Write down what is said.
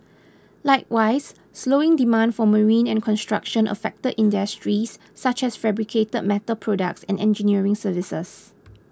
likewise slowing demand for marine and construction affected industries such as fabricated metal products and engineering services